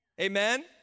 Amen